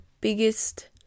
biggest